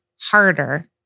harder